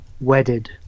wedded